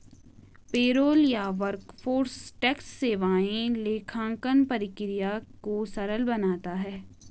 payroll या workforce tax सेवाएं लेखांकन प्रक्रिया को सरल बनाता है